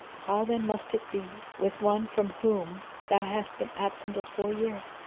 how then must it be with one from whom thou hast been absent a full year,